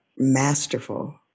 masterful